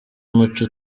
muco